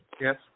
yes